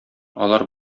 алар